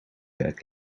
werk